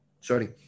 sorry